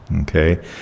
Okay